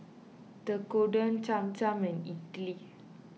Tekkadon Cham Cham and Idili